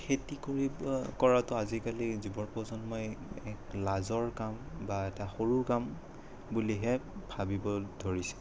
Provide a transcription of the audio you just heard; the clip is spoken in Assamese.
খেতি কৰি কৰাটো আজিকালিৰ যুৱ প্ৰজন্মই লাজৰ কাম বা এটা সৰু কাম বুলিহে ভাবিব ধৰিছে